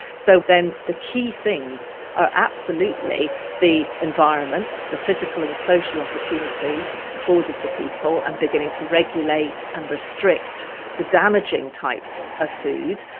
so then the key things are absolutely the environment, the physical and the social opportunities afforded to people, and beginning to regulate and restrict the damaging types of foods,